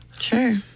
Sure